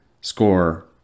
score